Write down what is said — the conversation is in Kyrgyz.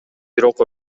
бирок